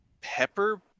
pepper